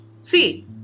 See